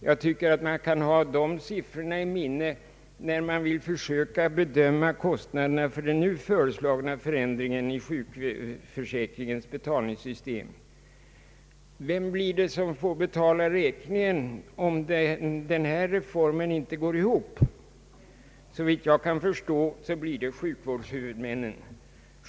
Jag tycker att man kan ha dessa siffror i minnet när man skall försöka bedöma kostnaderna för den nu föreslagna förändringen i sjukförsäkringens betalningssystem. Vem får betala räkningen om denna reform inte går ihop? Såvitt jag kan förstå blir det sjukvårdshuvudmännen.